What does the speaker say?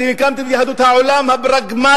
אתם הקמתם את יהדות העולם הפרגמטית,